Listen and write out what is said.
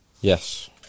yes